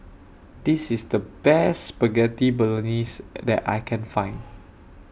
This IS The Best Spaghetti Bolognese that I Can Find